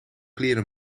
kleren